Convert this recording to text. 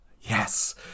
Yes